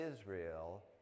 Israel